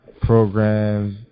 programs